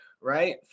right